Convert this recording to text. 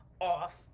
off